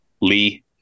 Lee